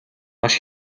маш